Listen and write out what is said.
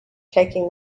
taking